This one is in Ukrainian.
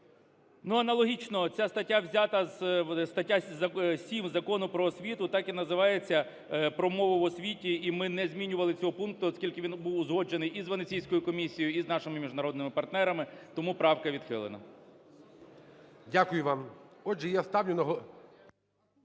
Ну аналогічно. Ця стаття взята зі статті 7 Закону "Про освіту", так і називається – про мову в освіті, і ми не змінювали цього пункту, оскільки він був узгоджений і з Венеційською комісією, і з нашими міжнародними партнерами, тому правка відхилена. ГОЛОВУЮЧИЙ.